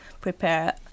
prepare